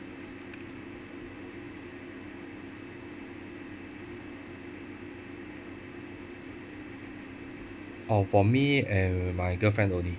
oh for me and my girlfriend only